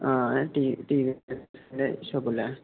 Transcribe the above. ആ T TV ഷോപ്പ്ല്ലേ